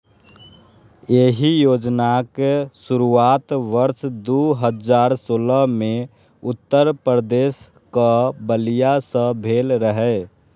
एहि योजनाक शुरुआत वर्ष दू हजार सोलह मे उत्तर प्रदेशक बलिया सं भेल रहै